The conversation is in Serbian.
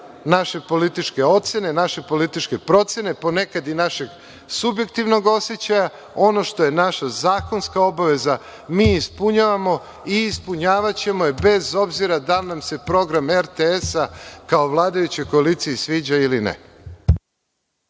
naše političke ocene, naše političke procene, ponekad i našeg subjektivnog osećaja. Ono što je naša zakonska obaveza, mi ispunjavamo i ispunjavaćemo je bez obzira da li nam se program RTS-a kao vladajućoj koaliciji sviđa ili ne.